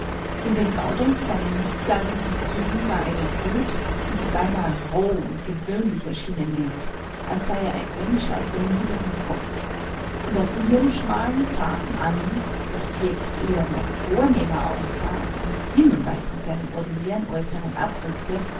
in dem gaudenz seinen nichtssagenden zügen war eine wut die sie beinahe roh und gewöhnlich erscheinen ließ als sei er ein mensch aus dem niedrigen volk und auf ihrem schmalen zarten antlitz das jetzt eher noch vornehmer aussah und himmelweit von seinem ordinären äußeren abrückte